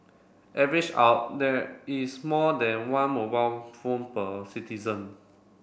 average out there is more than one mobile phone per citizen